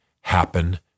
happen